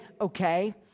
okay